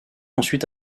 ensuite